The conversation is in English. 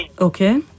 Okay